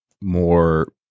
more